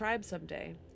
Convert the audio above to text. someday